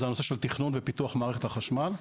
הוא הנושא של תכנון ופיתוח מערכת החשמל.